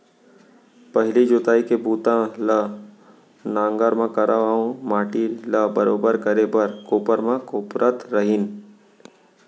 पहिली जोतई के बूता ल नांगर म करय अउ माटी ल बरोबर करे बर कोपर म कोपरत रहिन